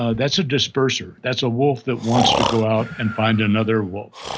ah that's a disperser, that's a wolf that wants to go out and find another wolf.